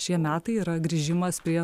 šie metai yra grįžimas prie